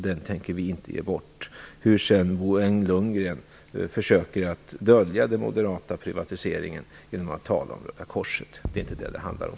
Den tänker vi inte ge bort, hur Bo Lundgren än försöker dölja den moderata privatiseringen genom att tala om Röda korset. Det är inte det det handlar om.